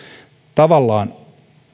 tavallaan